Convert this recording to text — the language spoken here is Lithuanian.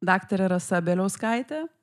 daktarė rasa bieliauskaitė